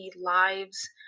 lives